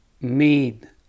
made